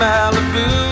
Malibu